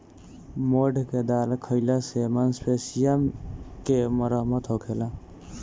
मोठ के दाल खाईला से मांसपेशी के मरम्मत होखेला